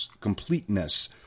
completeness